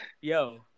Yo